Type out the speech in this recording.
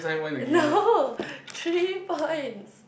no three points